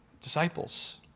Disciples